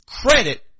credit